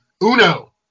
Uno